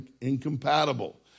incompatible